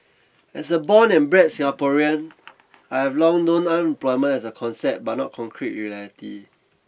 as a born and bred Singaporean I have long known unemployment as a concept but not concrete reality